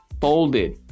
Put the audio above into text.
folded